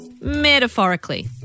metaphorically